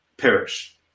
perish